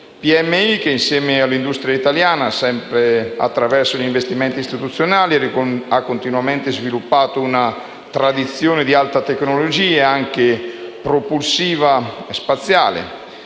appunto, insieme all'industria italiana, sempre attraverso gli investimenti istituzionali, hanno continuamente sviluppato una tradizione di alta tecnologia spaziale, anche propulsiva.